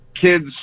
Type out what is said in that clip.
kids